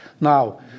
Now